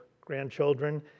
grandchildren